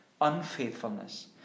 unfaithfulness